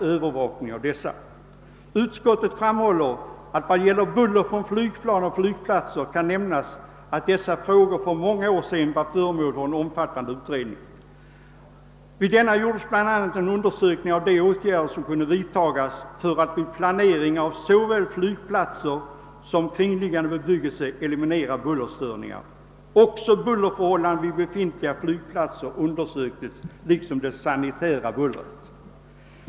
Utskottet framhåller att vad gäller buller från flygplan och flygplatser var dessa frågor för många år sedan föremål för en omfattande utredning. Vid denna gjordes bl.a. en undersökning av vilka åtgärder som kunde vidtagas för att vid planering av såväl flygplatser som kringliggande bebyggelse eliminera bullerstörningar. Också bullerförhållan dena vid befintliga flygplatser undersöktes liksom det sanitära bullret.